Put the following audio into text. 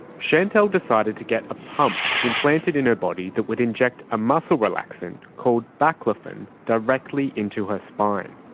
chantelle decided to get a pump implanted in her body that would inject a muscle relaxant called baclofen directly into her spine.